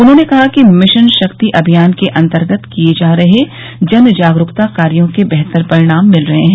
उन्होंने कहा कि मिशन शक्ति अमियान के अन्तर्गत किये जा रहे जन जागरूकता कार्यों के बेहतर परिणाम मिल रहे हैं